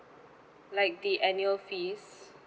like the annual fees